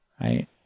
right